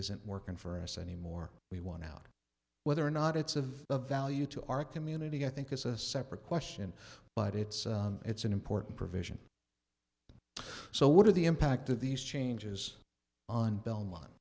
isn't working for us anymore we want out whether or not it's of value to our community i think is a separate question but it's it's an important provision so what are the impact of these changes on belmont